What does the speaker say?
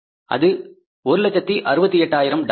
அது 168000 டாலர்கள்